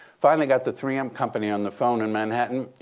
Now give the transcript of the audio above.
finally got the three m company on the phone in manhattan. yeah,